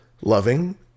loving